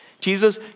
Jesus